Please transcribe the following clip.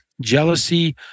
jealousy